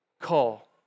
call